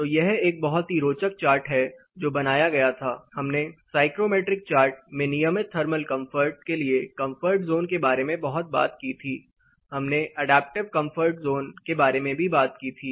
तो यह एक बहुत ही रोचक चार्ट है जो बनाया गया था हमने साइक्रोमेट्रिक चार्ट में नियमित थर्मल कम्फर्ट के लिए कंफर्ट जोन के बारे में बहुत बात की थी हमने अडैप्टिव कंफर्ट जोन के बारे में भी बात की थी